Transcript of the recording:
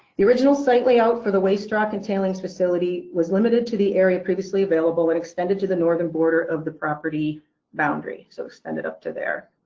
the original site layout for the waste rock and tailings facility was limited to the area previously available, and extended to the northern border of the property boundary, so extended up to there.